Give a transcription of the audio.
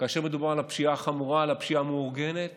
כאשר מדובר על הפשיעה החמורה ועל פשיעה המאורגנת